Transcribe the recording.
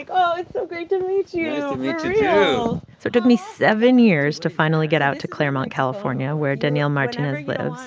like oh, it's so great to meet you so took me seven years to finally get out to claremont, calif, ah and where daniel martinez lives.